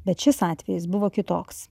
bet šis atvejis buvo kitoks